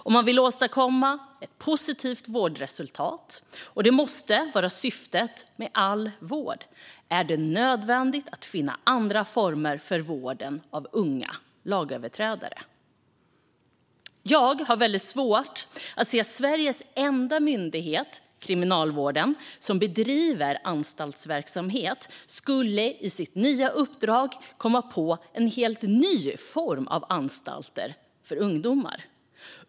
Om man vill åstadkomma ett positivt vårdresultat, och det måste vara syftet med all vård, är det nödvändigt att finna andra former för vården av unga lagöverträdare." Jag har väldigt svårt att se att Sveriges enda myndighet som bedriver anstaltsverksamhet, Kriminalvården, i sitt nya uppdrag skulle komma på en helt ny form av anstalter för ungdomar.